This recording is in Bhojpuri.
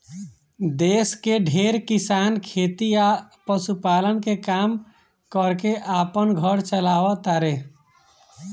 देश के ढेरे किसान खेती आ पशुपालन के काम कर के आपन घर चालाव तारे